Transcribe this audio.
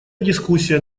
дискуссия